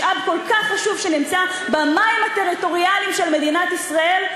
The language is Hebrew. משאב כל כך חשוב שנמצא במים הטריטוריאליים של מדינת ישראל,